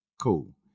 Cool